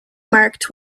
marked